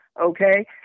Okay